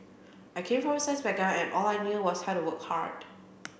I came from a science background and all I knew was how to work hard